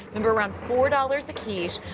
and but around four dollars a quiche.